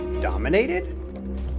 dominated